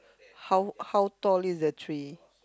how how tall is the tree